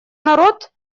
народ